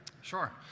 Sure